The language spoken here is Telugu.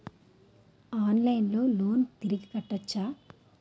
ఆన్లైన్లో లోన్ తిరిగి కట్టోచ్చా?